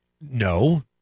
No